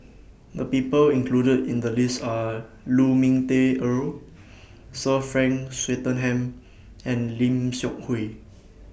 The People included in The list Are Lu Ming Teh Earl Sir Frank Swettenham and Lim Seok Hui